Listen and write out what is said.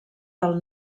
del